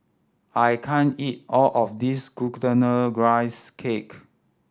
I can't eat all of this Glutinous Rice Cake